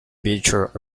beecher